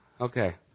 Okay